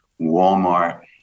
Walmart